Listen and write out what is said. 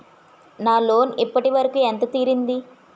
నా లోన్ ఇప్పటి వరకూ ఎంత తీరింది?